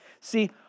See